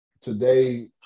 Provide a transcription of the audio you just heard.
Today